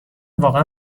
واقعا